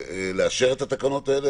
לאשר את התקנות האלה.